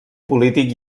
polític